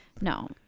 No